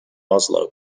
oslo